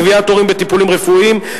קביעת תורים בטיפולים רפואיים),